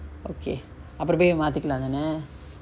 okay அப்ரோ போய் மாத்திகளா தான:apro poy maathikala thana